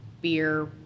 beer